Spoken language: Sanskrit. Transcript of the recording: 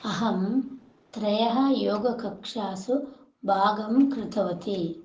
अहं त्रयः योगकक्षासु भागं कृतवती